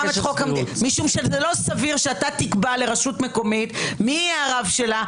משום שלא סביר שאתה תקבע לרשות מקומית מי יהיה הרב שלה,